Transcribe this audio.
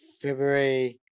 February